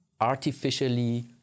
artificially